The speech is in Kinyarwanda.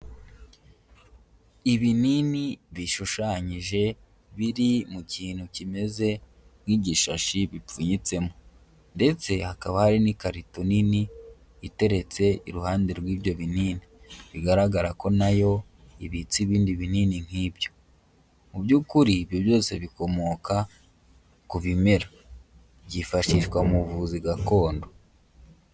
Ibinini bishushanyije biri mu kintu kimeze nk'igishashi bipfunyitsemo, ndetse hakaba hari n'ikarito nini iteretse iruhande rw'ibyo binini, bigaragara ko na yo ibitse ibindi binini nk'ibyo, mu by'ukuri ibyo byose bikomoka ku bimera, byifashishwa mu buvuzi gakondo.